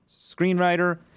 screenwriter